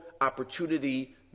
opportunity